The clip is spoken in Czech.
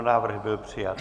Návrh byl přijat.